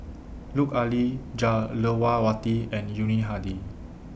Lut Ali Jah Lelawati and Yuni Hadi